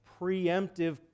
preemptive